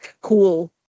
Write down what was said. Cool